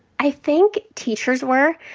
i think teachers were.